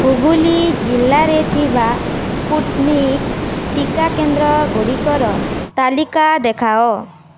ହୁଗୁଲି ଜିଲ୍ଲାରେ ଥିବା ସ୍ପୁଟନିକ୍ ଟିକା କେନ୍ଦ୍ରଗୁଡ଼ିକର ତାଲିକା ଦେଖାଅ